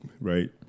right